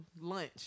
lunch